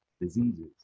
diseases